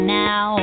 now